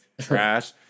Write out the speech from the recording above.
trash